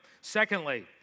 Secondly